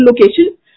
location